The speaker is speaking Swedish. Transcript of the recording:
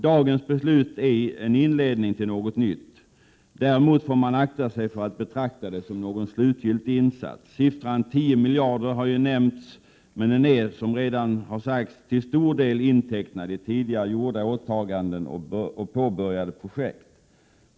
Dagens beslut är en inledning till något nytt. Däremot får man akta sig för att betrakta det som någon slutgiltig insats. Siffran 10 miljarder har ju nämnts, men den är, som redan har sagts, till stor del intecknad i tidigare gjorda åtaganden och påbörjade projekt.